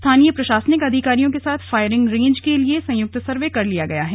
स्थानीय प्र ाासनिक अधिकारियों के साथ फायरिंग रेंज के लिए संयुक्त सर्वे कर लिया गया है